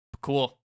Cool